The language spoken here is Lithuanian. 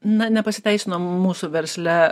na nepasiteisino mūsų versle